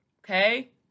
Okay